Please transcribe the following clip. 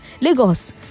lagos